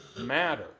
matter